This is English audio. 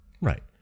right